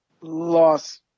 Loss